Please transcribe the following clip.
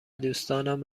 دوستانم